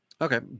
Okay